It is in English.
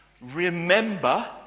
remember